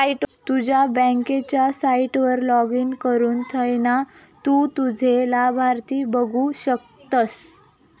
तुझ्या बँकेच्या साईटवर लाॅगिन करुन थयना तु तुझे लाभार्थी बघु शकतस